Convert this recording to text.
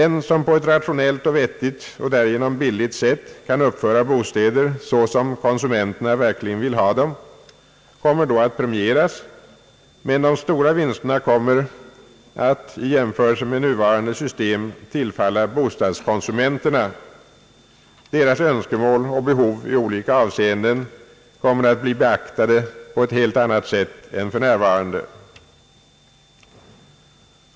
Den som på ett rationellt och vettigt och därigenom billigt sätt kan uppföra bostäder så som konsumenterna verkligen vill ha dem kommer då att premieras, men de stora vinsterna kommer att, i jämförelse med nuvarande system, tillfalla bostadskonsumenterna. Deras önskemål och behov i oli ka avseenden kommer att bli beaktade på ett helt annat sätt än för närvarande.